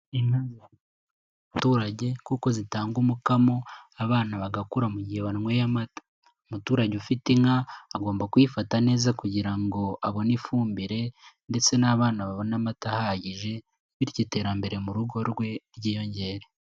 Inka zifasha baturage kuko zitanga umukamo, abana bagakura mu gihe banweye amata. Umuturage ufite inka, agomba kuyifata neza kugira ngo abone ifumbire ndetse n'abana babona amata ahagije, bityo iterambere mu rugo rwe ryiyongere.